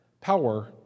Power